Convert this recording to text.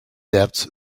debts